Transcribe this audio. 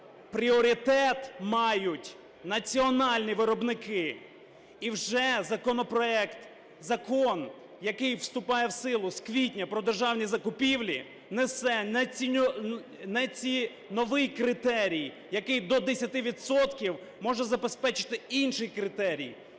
пріоритет мають національні виробники. І вже законопроект, Закон, який вступає в силу з квітня про державні закупівлі несе неціновий критерій, який до 10 відсотків може забезпечити інший критерій.